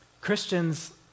Christians